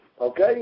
okay